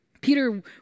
Peter